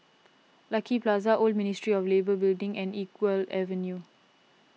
Lucky Plaza Old Ministry of Labour Building and Iqbal Avenue